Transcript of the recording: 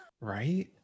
right